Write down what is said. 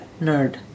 nerd